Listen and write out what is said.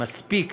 מספיק